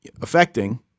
affecting